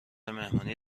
مهمونی